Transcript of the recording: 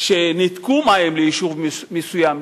שניתקו מים ליישוב מסוים,